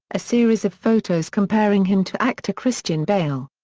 a series of photos comparing him to actor christian bale.